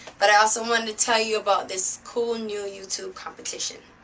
but i also wanted to tell you about this cool new youtube competition,